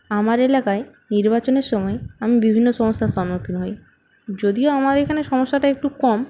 আমার এলাকায় নির্বাচনের সময় আমি বিভিন্ন সমস্যার সম্মুখীন হই যদিও আমার এখানে সমস্যাটা একটু কম